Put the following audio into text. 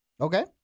Okay